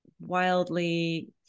wildly